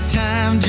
time